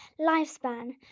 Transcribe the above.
Lifespan